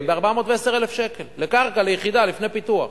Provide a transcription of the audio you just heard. ב-410,000 שקל לקרקע ליחידה לפני פיתוח.